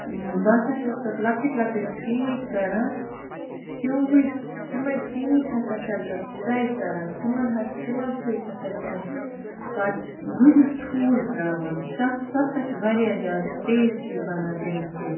بہٕ ہسا چھیٚس تَتھ لۄکٕٹۍ لۅکٕٹۍ پیٖنٛتۍ کران تِموٕے تِمٔے پیٖنٛتۍ ہسا چھیٚس بہٕ فرٛاے کران تِمَن حظ تِمَن سۭتۍ ہسا چھِ أسۍ پَتہٕ گٕہِتھ ٹھوٗل ترٛاوان تَتھ سُہ ہسا چھُ واریاہ زیادٕ ٹیسٹی بنان تَمہِ سۭتۍ